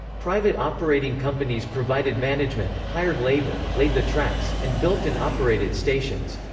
private operating companies provided management, hired labor, laid the tracks, and built and operated stations.